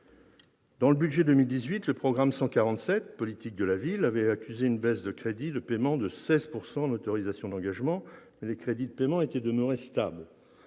Dans le budget pour 2018, le programme 147, « Politique de la ville », avait accusé une baisse des crédits de paiement de 16 % en autorisations d'engagement, mais les crédits de paiement étaient demeurés stables.